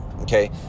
Okay